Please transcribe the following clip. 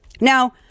Now